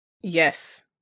Yes